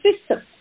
system